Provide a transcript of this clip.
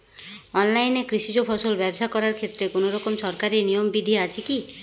অনলাইনে কৃষিজ ফসল ব্যবসা করার ক্ষেত্রে কোনরকম সরকারি নিয়ম বিধি আছে কি?